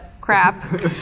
crap